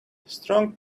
strong